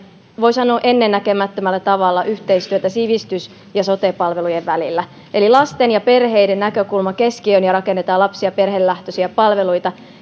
voi sanoa että on tehty ennennäkemättömällä tavalla yhteistyötä sivistys ja sote palveluiden välillä eli lasten ja perheiden näkökulma keskiöön ja rakennetaan lapsi ja perhelähtöisiä palveluita